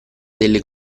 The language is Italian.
delle